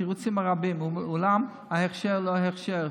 התירוצים רבים, אולם ההכשר לא הכשר.